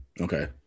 Okay